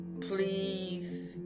please